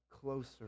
closer